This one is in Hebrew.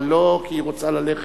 אבל לא כי היא רוצה ללכת.